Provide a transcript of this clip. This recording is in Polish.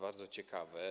Bardzo ciekawe.